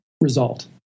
result